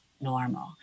normal